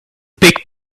big